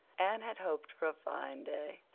anne had hoped for a fine day.